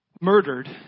murdered